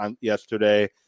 yesterday